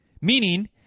Meaning